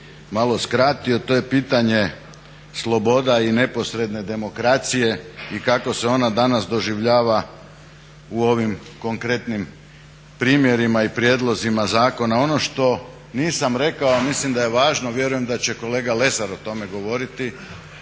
malo skratio, to je pitanje sloboda i neposredne demokracije i kako se ona danas doživljava u ovim konkretnim primjerima i prijedlozima zakona. Ono što nisam rekao a mislim da je važno, vjerujem da će kolega Lesar o tome govoriti,